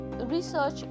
research